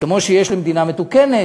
כמו שיש למדינה מתוקנת.